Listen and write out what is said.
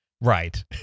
Right